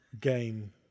game